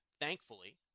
thankfully